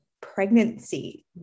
pregnancy